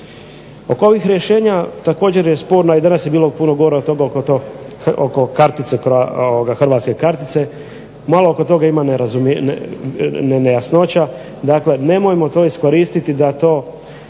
Oko ovih rješenja također je sporno i danas je bilo puno govora oko hrvatske kartice. Malo oko toga ima nejasnoća. Dakle nemojmo to iskoristiti da time